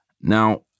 Now